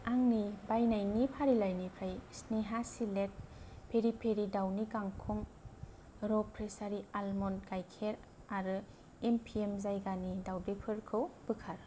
आंनि बायनायनि फारिलाइनिफ्राय स्नेहा सेलेक्ट पेरि पेरि दाउनि गांखं र' प्रेसारि आलमन्ड गाइखेर आरो एमपिएम जायगानि दाउदैफोरखौ बोखार